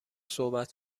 صحبت